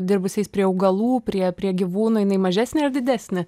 dirbusiais prie augalų prie prie gyvūnų jinai mažesnė ar didesnė